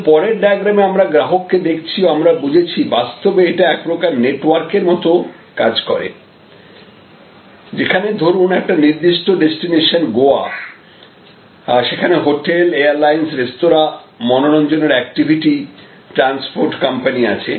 কিন্তু পরের ডায়াগ্রামে আমরা গ্রাহককে দেখছি ও আমরা বুঝেছি বাস্তবে এটা এক প্রকার নেটওয়ার্কের মত কাজ করে যেখানে ধরুন একটি নির্দিষ্ট ডেস্টিনেশন গোয়া সেখানে হোটেল এয়ারলাইনস রেস্তোরা মনোরঞ্জনের অ্যাক্টিভিটি ট্রান্সপোর্ট কোম্পানি আছে